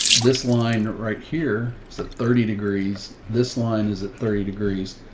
this line right here is that thirty degrees. this line is at thirty degrees.